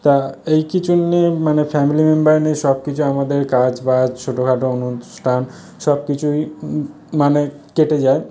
তা এই কিছু নিয়ে মানে ফ্যামিলি মেম্বার নিয়ে সব কিছু আমাদের কাজ বাজ ছোটো খাটো অনুষ্ঠান সব কিছুই মানে কেটে যায়